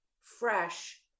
fresh